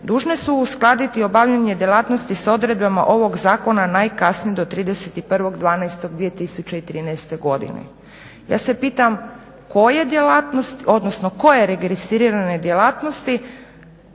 dužne su uskladiti obavljanje djelatnosti s odredbama ovog zakona najkasnije do 31.12.2013.godine". Ja se pitam koje djelatnosti odnosno koje registrirane djelatnosti